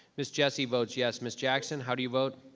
ms. jessie votes yes. ms. jackson, how do you vote?